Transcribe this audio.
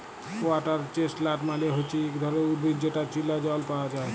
water chestnut মালে হচ্যে ইক ধরণের উদ্ভিদ যেটা চীলা জল পায়া যায়